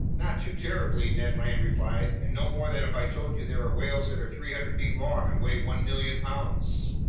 not too terribly, ned land replied, and no more than if i told you there are whales that are three hundred feet long and weigh one million pounds.